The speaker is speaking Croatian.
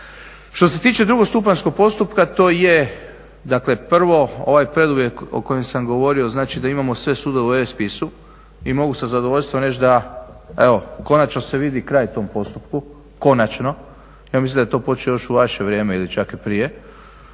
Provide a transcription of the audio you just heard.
Što se tiče drugostupanjskog postupka to je, dakle prvo ovaj preduvjet o kojem sam govorio, znači da imamo sve sudove u e-spisu. I mogu sa zadovoljstvom reći da evo, konačno se vidi kraj tom postupku, konačno, ja mislim da je to počelo još u vaše vrijeme ili čak i prije,